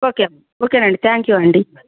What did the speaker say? okay ఓకేనండి thank you అండి